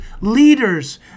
leaders